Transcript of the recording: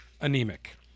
anemic